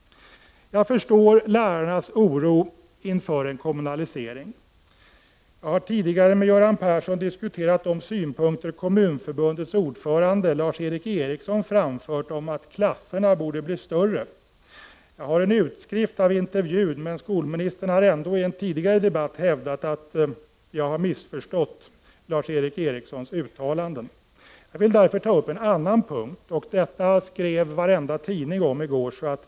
Jag förstår lärarnas oro inför en kommunalisering. Jag har tidigare med Göran Persson diskuterat de synpunkter som Kommunförbundets ordförande Lars Eric Ericsson framfört om att klasserna borde bli större. Jag har en utskrift av intervjun, men skolministern har i en tidigare debatt hävdat att jag har missförstått Lars Eric Ericssons uttalanden. Jag vill därför ta upp en annan punkt som alla tidningar skrev om i går.